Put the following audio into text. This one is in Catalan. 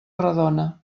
redona